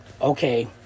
Okay